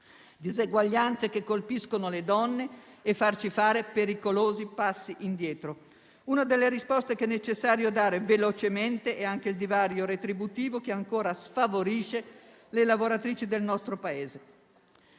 diseguaglianze che colpiscono le donne e farci fare pericolosi passi indietro. Una delle risposte che è necessario dare velocemente è relativa al divario retributivo che ancora sfavorisce le lavoratrici del nostro Paese.